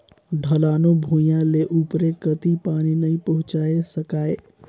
ढलानू भुइयां ले उपरे कति पानी नइ पहुचाये सकाय